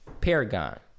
Paragon